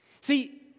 See